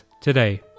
today